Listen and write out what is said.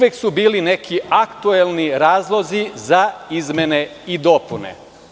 Uvek su bili neki aktuelni razlozi za izmene i dopune.